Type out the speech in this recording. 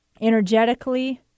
Energetically